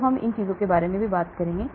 तो हम उन चीजों के बारे में बात करेंगे